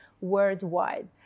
worldwide